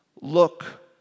Look